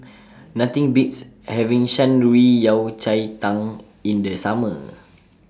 Nothing Beats having Shan Rui Yao Cai Tang in The Summer